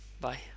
bye